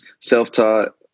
self-taught